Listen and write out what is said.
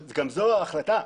גם זו החלטה.